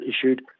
issued